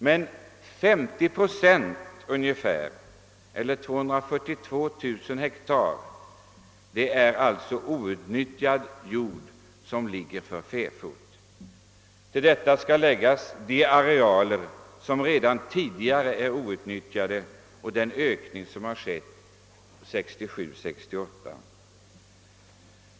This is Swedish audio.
Men ungefär 50 procent, eller 242 000 hektar, är alltså outnyttjad jord som ligger för fäfot. Till detta skall läggas de arealer som redan tidigare är outnyttjade och den ökning som skett 1967—1968.